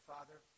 Father